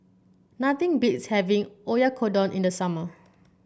nothing beats having Oyakodon in the summer